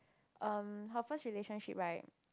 um her first relationship right